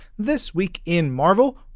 ThisWeekInMarvel